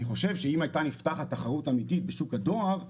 אני חושב שאם הייתה נפתחת תחרות אמיתית בשוק הדואר,